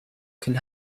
can